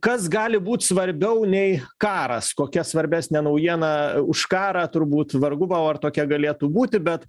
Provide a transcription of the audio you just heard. kas gali būt svarbiau nei karas kokia svarbesnė naujiena už karą turbūt vargu bau ar tokia galėtų būti bet